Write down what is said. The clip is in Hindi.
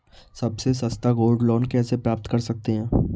सबसे सस्ता गोल्ड लोंन कैसे प्राप्त कर सकते हैं?